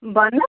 بوٚنہٕ